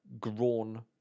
grown